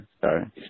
sorry